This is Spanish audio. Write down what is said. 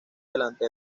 delante